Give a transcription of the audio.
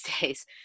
days